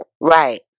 Right